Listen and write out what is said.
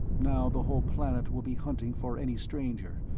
now the whole planet will be hunting for any stranger,